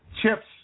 chips